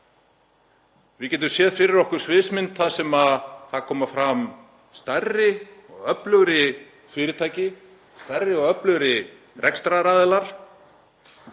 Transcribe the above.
Við getum séð fyrir okkur sviðsmynd þar sem koma fram stærri og öflugri fyrirtæki, stærri og öflugri rekstraraðilar